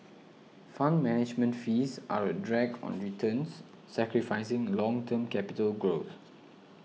fund management fees are a drag on returns sacrificing long term capital growth